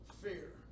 fear